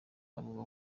abo